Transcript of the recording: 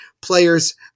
players